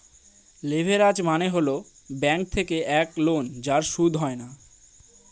leverage মানে হল bank থেকে এক লোন যার সুদ হয় না